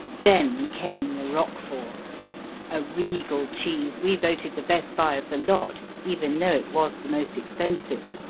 then came the roquefort, a regal cheese we voted the best buy of the lot, even though it was the most expensive.